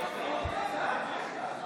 (קורא בשמות חברי הכנסת)